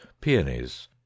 peonies